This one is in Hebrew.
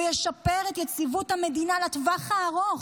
וישפר את יציבות המדינה לטווח הארוך.